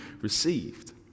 received